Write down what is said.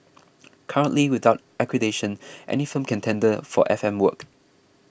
currently without accreditation any firm can tender for FM work